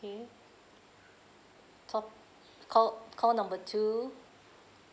okay to~ ca~ call number two